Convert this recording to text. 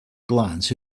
glance